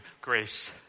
grace